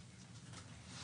היושב-ראש,